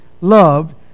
loved